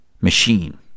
machine